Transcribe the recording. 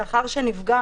לאחר שנפגע